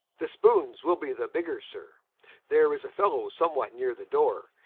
the spoones will be the bigger sir there is a fellow somewhat neere the doore,